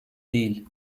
değil